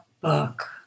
book